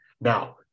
Now